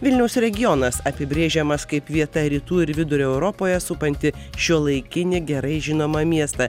vilniaus regionas apibrėžiamas kaip vieta rytų ir vidurio europoje supanti šiuolaikinį gerai žinomą miestą